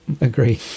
agree